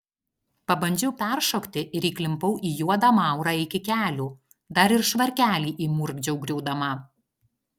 pabandžiau peršokti ir įklimpau į juodą maurą iki kelių dar ir švarkelį įmurkdžiau griūdama